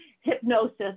hypnosis